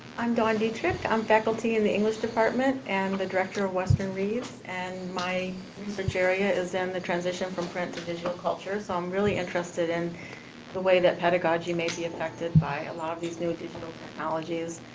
i'm dawn dietrich. i'm faculty in the english department. and the director of western reads. and my research area is in the transition from print to digital culture. so i'm really interested in the way that pedagogy may be affected by a lot of these new digital technologies.